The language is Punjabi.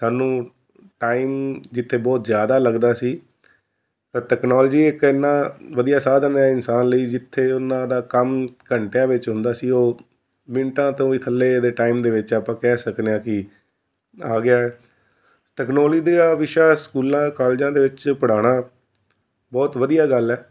ਸਾਨੂੰ ਟਾਈਮ ਜਿੱਥੇ ਬਹੁਤ ਜ਼ਿਆਦਾ ਲੱਗਦਾ ਸੀ ਤਕਨਾਲੋਜੀ ਇੱਕ ਇੰਨਾ ਵਧੀਆ ਸਾਧਨ ਹੈ ਇਨਸਾਨ ਲਈ ਜਿੱਥੇ ਉਹਨਾਂ ਦਾ ਕੰਮ ਘੰਟਿਆਂ ਵਿੱਚ ਹੁੰਦਾ ਸੀ ਉਹ ਮਿੰਟਾਂ ਤੋਂ ਵੀ ਥੱਲੇ ਦੇ ਟਾਈਮ ਦੇ ਵਿੱਚ ਆਪਾਂ ਕਹਿ ਸਕਦੇ ਹਾਂ ਕਿ ਆ ਗਿਆ ਟੈਕਨੋਲਜੀ ਦਾ ਵਿਸ਼ਾ ਸਕੂਲਾਂ ਕਾਲਜਾਂ ਦੇ ਵਿੱਚ ਪੜ੍ਹਾਉਣਾ ਬਹੁਤ ਵਧੀਆ ਗੱਲ ਹੈ